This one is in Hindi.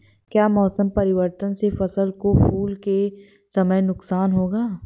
क्या मौसम परिवर्तन से फसल को फूल के समय नुकसान होगा?